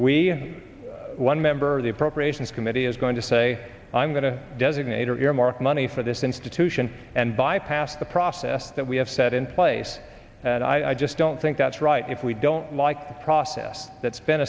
we one member of the appropriations committee is going to say i'm going to designate or earmark money for this institution and bypass the process that we have set in place and i just don't think that's right if we don't like the process that's been